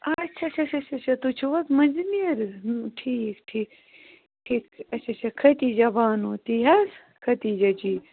اَچھا اَچھا اَچھا اَچھا اَچھا تُہۍ چھِو حظ مٔنٛزِمیٲرۍ ٹھیٖک ٹھیٖک ٹھیٖک اَچھا اَچھا ختیجہ بانو تی حَظ ختیجہ جی